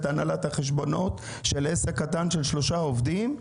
הנהלת החשבונות של עסק קטן עם שלושה עובדים,